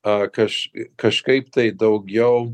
ak aš kažkaip tai daugiau